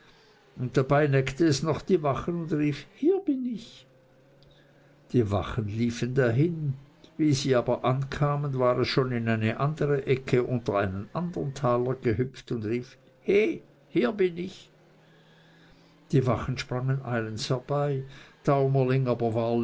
war dabei neckte es noch die wachen und rief hier bin ich die wachen liefen dahin wie sie aber ankamen war es schon in eine andere ecke unter einen taler gehüpft und rief he hier bin ich die wachen sprangen eilends herbei daumerling war